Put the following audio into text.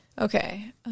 Okay